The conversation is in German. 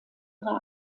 ihre